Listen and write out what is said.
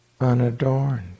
unadorned